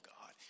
God